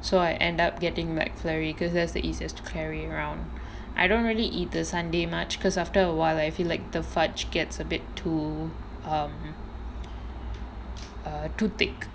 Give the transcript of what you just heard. so I end up getting McFlurry because that's the easiest to carry around I don't really eat the Sundae much because after awhile I feel like the fudge gets a bit to~ um err too thick